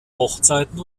hochzeiten